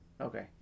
Okay